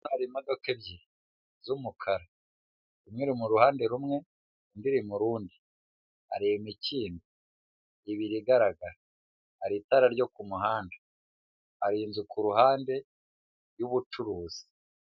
Hari imodoka ebyiri z'umukara, imwe iri mu ruhande rumwe indi mu rundi, hari imikindo ibiri igaragara, hari itara ryo ku muhanda, hari inzu ku ruhande y'ubucuruzi.